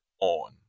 on